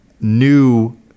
new